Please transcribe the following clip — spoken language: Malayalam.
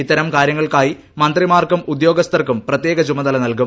ഇത്തരം കാരൃങ്ങൾക്കായി മന്ത്രിമാർക്കും ഉദ്യോഗസ്ഥർക്കും പ്രത്യേക ചുമതല നല്കും